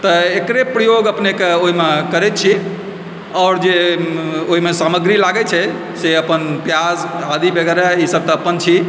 तऽ एकरे प्रयोग अपने कऽ ओहिमे करैत छी आओर जे ओहिम सामग्री लागैत छै से अपन प्याज आदि वगैरह ईसभ तऽ अपन छी